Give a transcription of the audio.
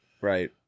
right